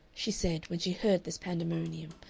she said, when she heard this pandemonium,